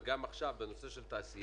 וגם עכשיו לנושא של תעשייה,